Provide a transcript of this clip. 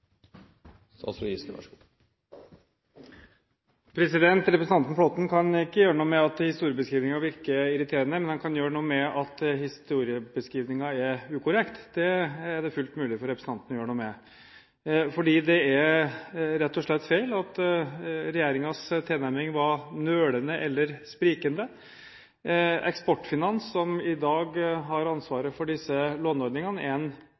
Representanten Flåtten kan ikke gjøre noe med at historiebeskrivelsen virker irriterende, men han kan gjøre noe med at historiebeskrivelsen er ukorrekt. Det er det fullt mulig for representanten å gjøre noe med, for det er rett og slett feil at regjeringens tilnærming var nølende eller sprikende. Eksportfinans ASA, som i dag har ansvaret for disse låneordningene, er en